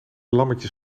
lammetjes